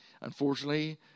unfortunately